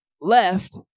left